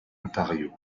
ontario